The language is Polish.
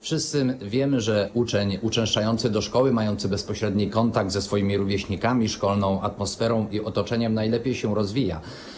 Wszyscy wiemy, że uczeń uczęszczający do szkoły, mający bezpośredni kontakt ze swoimi rówieśnikami, szkolną atmosferą i otoczeniem najlepiej się rozwija.